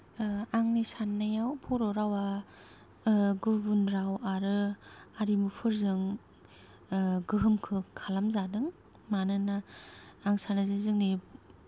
आंनि साननायाव बर' रावा गुबुन राव आरो हारिमुफोरजों गोहोम खालामजादों मानोना आं सानोजे जोंनि